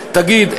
תגיד,